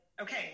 okay